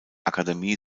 akademie